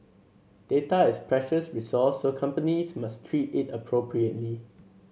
data is precious resource so companies must treat it appropriately